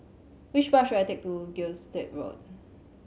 which bus should I take to Gilstead Road